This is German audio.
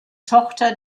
tochter